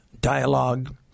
dialogue